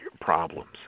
problems